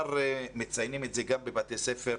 מציינים את זה גם בבתי ספר,